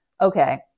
okay